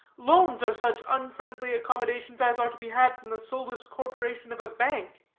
loans are such unfriendly accommodations as are to be had from the soulless corporation of a bank,